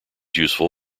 useful